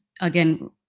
again